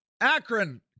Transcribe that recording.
Akron